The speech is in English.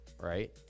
Right